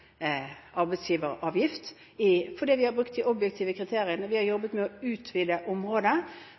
Vi har brukt de objektive kriteriene, vi har jobbet med å utvide området.